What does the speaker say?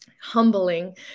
humbling